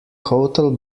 hotel